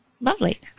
Lovely